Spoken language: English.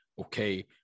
okay